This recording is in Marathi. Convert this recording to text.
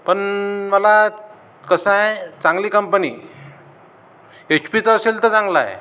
पण मला कसं आहे चांगली कंपनी एच पीचं असेल तर चांगलं आहे